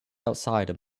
outside